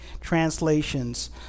translations